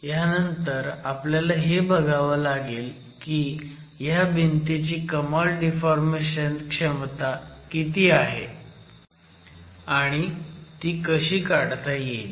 ह्यानंतर आपल्याला हे बघावं लागेल की ह्या भिंतीची कमाल डिफॉर्मेशन क्षमता किती आहे आणि ती कशी काढता येईल